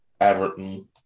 Everton